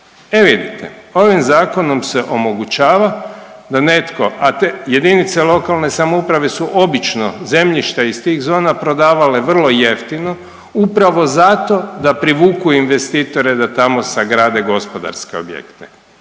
E vidite, ovim zakonom se omogućava da netko, a te jedinice lokalne samouprave su obično zemljišta iz tih zona prodavale vrlo jeftino upravo zato da privuku investitore da tamo sagrade gospodarske objekte.